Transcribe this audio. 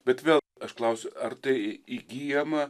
bet vėl aš klausiu ar tai įgyjama